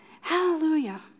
Hallelujah